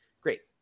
great